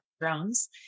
drones